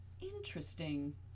Interesting